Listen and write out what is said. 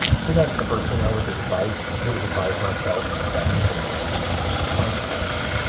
so that's the first thing i would advise. would have advised myself back in january find your peeps.